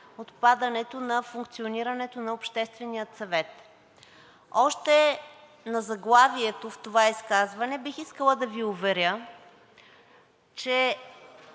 отпадането на функционирането на Обществения съвет. Още на заглавието в това изказване бих искала да Ви уверя, че